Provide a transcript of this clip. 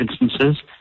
instances